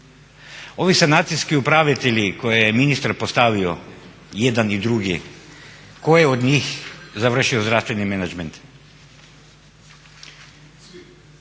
Ovi sanacijski upravitelji koje je ministar postavio jedan i drugi, ko je od njih završio zdravstveni menadžment?